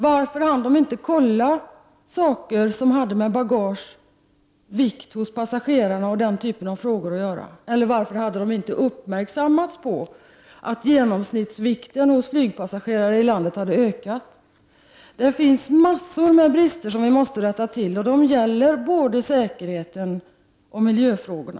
Varför hann man inte kontrollera bagagets placering i flygplanet, vikten hos passagerarna osv.? Varför hade man inte uppmärksammats på att genomsnittsvikten hos flygpassagerare i landet hade ökat? Det finns en mängd brister som vi måste rätta till, och de gäller både säkerheten och miljöfrågorna.